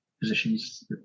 positions